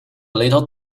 little